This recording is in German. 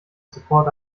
support